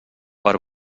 per